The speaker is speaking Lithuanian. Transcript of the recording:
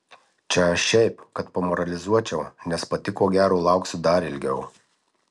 čia aš šiaip kad pamoralizuočiau nes pati ko gero lauksiu dar ilgiau